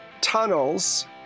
tunnels